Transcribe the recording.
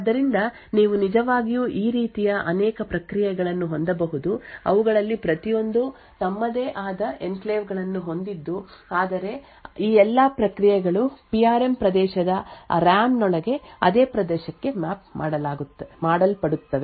ಆದ್ದರಿಂದ ನೀವು ನಿಜವಾಗಿಯೂ ಈ ರೀತಿಯ ಅನೇಕ ಪ್ರಕ್ರಿಯೆಗಳನ್ನು ಹೊಂದಬಹುದು ಅವುಗಳಲ್ಲಿ ಪ್ರತಿಯೊಂದೂ ತಮ್ಮದೇ ಆದ ಎನ್ಕ್ಲೇವ್ಗಳನ್ನು ಹೊಂದಿದ್ದು ಆದರೆ ಈ ಎಲ್ಲಾ ಪ್ರಕ್ರಿಯೆಗಳು ಪಿ ಆರ್ ಎಂ ಪ್ರದೇಶವಾದ ರಾಮ್ನೊಳಗೆ ಅದೇ ಪ್ರದೇಶಕ್ಕೆ ಮ್ಯಾಪ್ ಮಾಡಲ್ಪಡುತ್ತವೆ